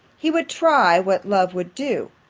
he would try what love would do,